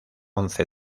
once